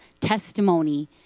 Testimony